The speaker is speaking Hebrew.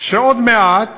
שעוד מעט